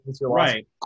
right